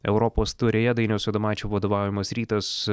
europos taurėje dainiaus adomaičio vadovaujamas rytas